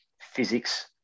physics